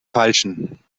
falschen